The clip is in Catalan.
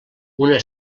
una